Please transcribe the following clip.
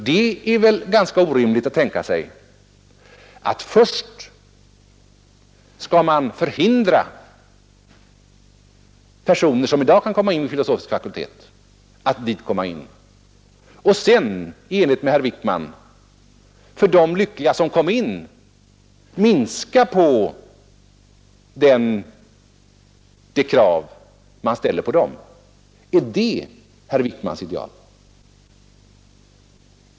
Det är väl ganska orimligt att tänka sig att man först skall hindra personer, som i dag kan komma in vid filosofisk fakultet, att komma in, och sedan enligt herr Wijkman minska kraven på de lyckliga som kommer in. Är det herr Wijkmans ideal?